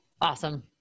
Awesome